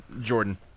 Jordan